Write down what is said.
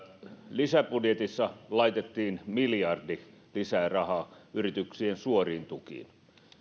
lisäbudjetissa laitettiin miljardi lisää rahaa yrityksien suoriin tukiin